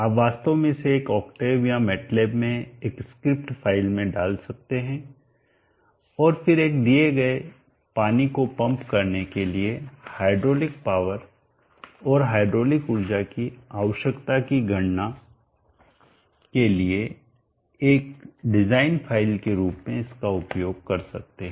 आप वास्तव में इसे एक ऑक्टेव या मेटलेब में एक स्क्रिप्ट फ़ाइल में डाल सकते हैं और फिर एक दिए गए पानी को पंप करने के लिए हाइड्रोलिक पावर और हाइड्रोलिक ऊर्जा की आवश्यकता की गणना के लिए एक डिज़ाइन फ़ाइल के रूप में इसका उपयोग कर सकते हैं